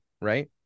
right